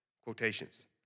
quotations